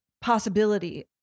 possibility